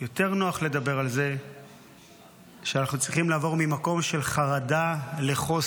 יותר נוח לדבר על זה שאנחנו צריכים לעבור ממקום של חרדה לחוסן,